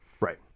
Right